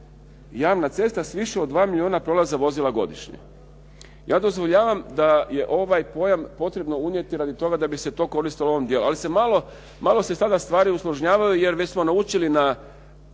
javna cesta s više od dva milijona prolaza vozila godišnje. Ja dozvoljavam da je ovaj pojam potrebno unijeti radi toga da bi se to koristilo u ovom dijelu, ali se malo, malo se stavlja stvari …/Govornik se ne razumije./… jer već smo naučili na